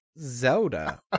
Zelda